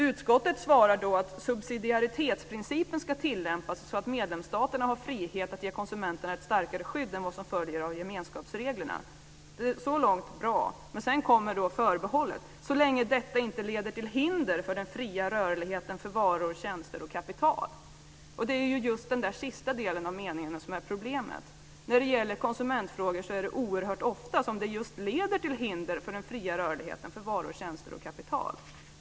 Utskottet svarar då att "subsidiaritetsprincipen ska tillämpas så att medlemsstaterna har frihet att ge konsumenterna ett starkare skydd än vad som följer av gemenskapsreglerna". Så långt är det bra, men sedan kommer förbehållet: "Så länge detta inte leder till hinder för den fria rörligheten för varor, tjänster och kapital." Det är just den sista delen av meningen som är problemet. När det gäller konsumentfrågor är det oerhört ofta som det just leder till hinder för den fria rörligheten för varor, tjänster och kapital.